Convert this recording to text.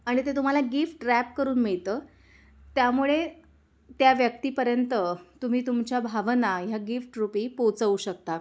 आणि ते तुम्हाला गिफ्ट रॅप करून मिळतं त्यामुळे त्या व्यक्तीपर्यंत तुम्ही तुमच्या भावना ह्या गिफ्टरुपी पोचवू शकता